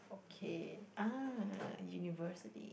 okay ah university